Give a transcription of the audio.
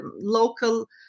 local